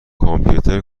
کامپیوتر